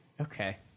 Okay